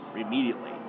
immediately